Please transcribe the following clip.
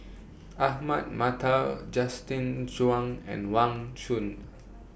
Ahmad Mattar Justin Zhuang and Wang Chunde